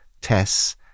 tests